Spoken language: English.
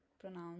pronounce